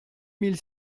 mille